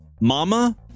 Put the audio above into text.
Mama